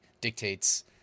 dictates